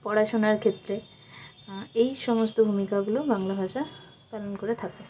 পড়াশোনার ক্ষেত্রে এই সমস্ত ভূমিকাগুলো বাংলা ভাষা পালন করে থাকে